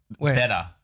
Better